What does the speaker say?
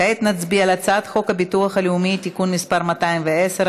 כעת נצביע על הצעת חוק הביטוח הלאומי (תיקון מס' 210),